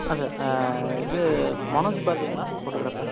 ஆ sir இது மனோஜ் பார்க்குங்களா photo க்ராஃபர்